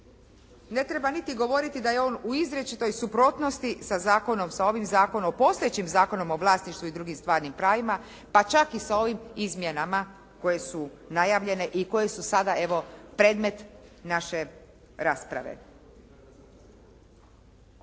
Ne treba niti govoriti da je on u izričitoj suprotnosti sa zakonom, sa ovim zakonom, postojećim Zakonom o vlasništvu i drugim stvarnim pravima pa čak i sa ovim izmjenama koje su najavljene i koje su sada evo predmet naše rasprave.